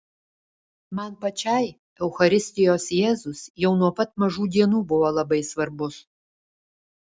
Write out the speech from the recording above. man pačiai eucharistijos jėzus jau nuo pat mažų dienų buvo labai svarbus